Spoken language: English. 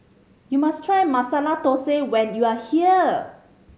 you must try Masala Thosai when you are here